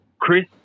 Chris